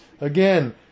again